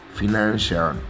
financial